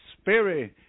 Spirit